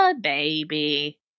Baby